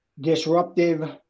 disruptive